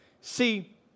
See